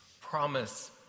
promise